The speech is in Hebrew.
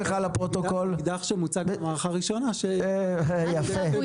אקדח שמוצג במערכה הראשונה --- אל תדאג.